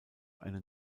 eine